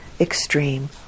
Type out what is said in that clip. extreme